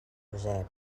josep